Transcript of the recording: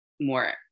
more